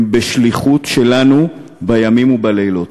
הם בשליחות שלנו בימים ובלילות.